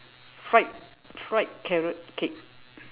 fried fried carrot cake